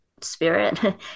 spirit